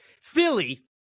Philly